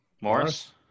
Morris